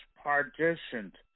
partitioned